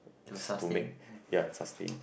to make and ya sustain